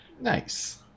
Nice